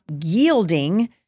yielding